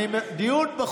זה דיון מקצועי.